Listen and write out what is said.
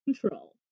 control